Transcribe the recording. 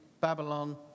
Babylon